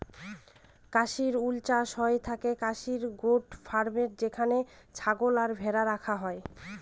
Kashmiri wool চাষ হয়ে থাকে কাশ্মির গোট ফার্মে যেখানে ছাগল আর ভেড়া রাখা হয়